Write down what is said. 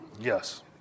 Yes